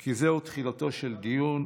כי זה תחילתו של הדיון.